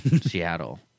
Seattle